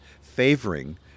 favoring